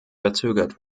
verzögert